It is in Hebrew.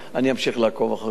אני אמשיך לעקוב אחרי זה.